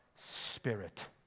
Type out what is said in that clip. Spirit